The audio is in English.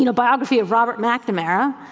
you know biography of robert mcnamara,